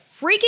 Freaking